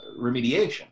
remediation